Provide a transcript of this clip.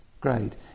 great